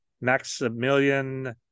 maximilian